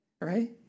Right